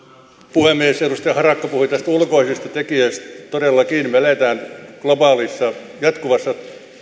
puhemies edustaja harakka puhui näistä ulkoisista tekijöistä todellakin me elämme globaalissa jatkuvassa